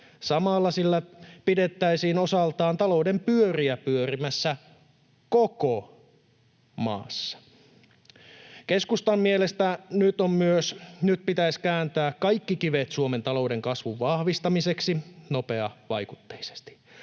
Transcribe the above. Samalla sillä pidettäisiin osaltaan talouden pyöriä pyörimässä koko maassa. Keskustan mielestä nyt pitäisi kääntää kaikki kivet Suomen talouden kasvun vahvistamiseksi nopeavaikutteisesti.